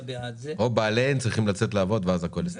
או שבעליהן צריכים לצאת לעבוד ואז הכל יסתדר.